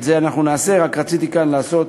רציתי לעשות